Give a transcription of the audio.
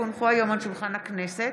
כי הונחו היום על שולחן הכנסת,